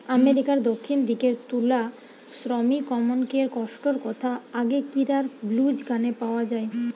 আমেরিকার দক্ষিণ দিকের তুলা শ্রমিকমনকের কষ্টর কথা আগেকিরার ব্লুজ গানে পাওয়া যায়